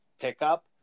pickup